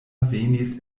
venis